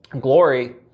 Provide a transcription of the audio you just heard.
Glory